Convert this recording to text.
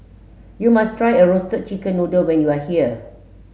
you must try a roasted chicken noodle when you are here